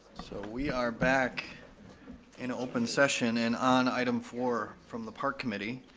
so we are back in open session and on item four from the park committee.